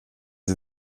sie